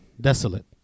desolate